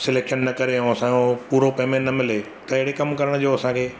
selection न करे ऐं असांजो पूरो पेमैंट न मिले त अहिड़े कमु करण जो असांखे